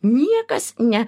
niekas ne